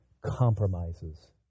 compromises